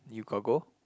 you got go